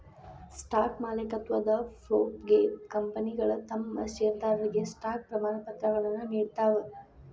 stock ಮಾಲೇಕತ್ವದ ಪ್ರೂಫ್ಗೆ ಕಂಪನಿಗಳ ತಮ್ ಷೇರದಾರರಿಗೆ ಸ್ಟಾಕ್ ಪ್ರಮಾಣಪತ್ರಗಳನ್ನ ನೇಡ್ತಾವ